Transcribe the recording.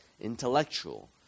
intellectual